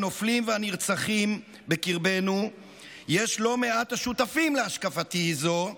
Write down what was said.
הנופלים והנרצחים בקרבנו יש לא מעט השותפים להשקפתי זו,